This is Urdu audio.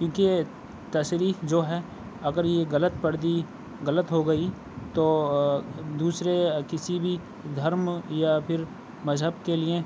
کیوں کہ تشریح جو ہے اگر یہ غلط پڑھ دی غلط ہو گئی تو دوسرے کسی بھی دھرم یا پھر مذہب کے لیے